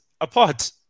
apart